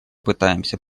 пытаемся